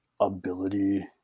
ability